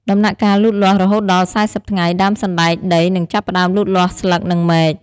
ដំណាក់កាលលូតលាស់ រហូតដល់ ៤០ ថ្ងៃ ដើមសណ្ដែកដីនឹងចាប់ផ្តើមលូតលាស់ស្លឹក និងមែក។